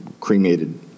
cremated